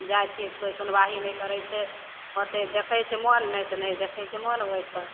जाइ छिए तऽ कोइ सुनबाहि नहि करै छै होतै देखै छै मोन नहि तऽ नहि देखै छै मोन ओहिपर